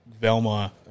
Velma